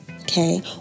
Okay